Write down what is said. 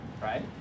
right